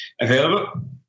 available